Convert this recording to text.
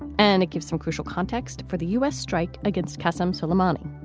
and it gives some crucial context for the u s. strike against kassim suleimani.